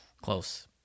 Close